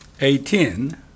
Eighteen